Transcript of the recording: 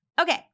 Okay